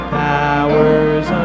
powers